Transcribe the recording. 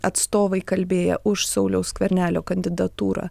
atstovai kalbėję už sauliaus skvernelio kandidatūrą